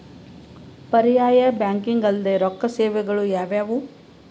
ಪರ್ಯಾಯ ಬ್ಯಾಂಕಿಂಗ್ ಅಲ್ದೇ ರೊಕ್ಕ ಸೇವೆಗಳು ಯಾವ್ಯಾವು?